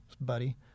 buddy